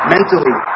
Mentally